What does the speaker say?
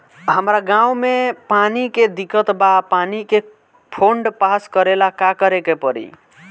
हमरा गॉव मे पानी के दिक्कत बा पानी के फोन्ड पास करेला का करे के पड़ी?